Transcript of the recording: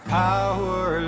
power